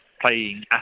playing